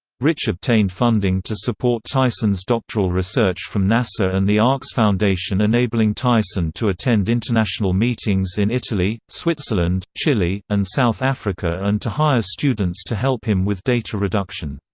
rich obtained funding to support tyson's doctoral research from nasa and the arcs foundation enabling tyson to attend international meetings in italy, switzerland, chile, and south africa and to hire students to help him with data reduction.